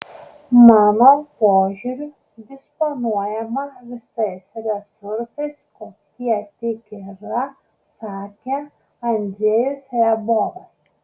mano požiūriu disponuojama visais resursais kokie tik yra sakė andrejus riabovas